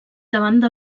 davant